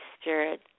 Spirit